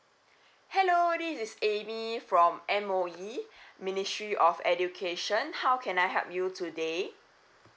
hello this is amy from M_O_E ministry of education how can I help you today